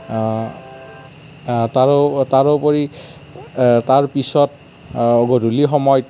তাৰোপৰি তাৰপিছত গধূলি সময়ত